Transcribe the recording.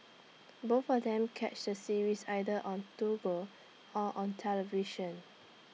both of them catch the series either on Toggle or on television